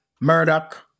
Murdoch